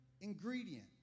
ingredient